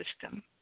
system